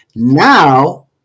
Now